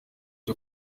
cyo